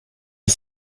die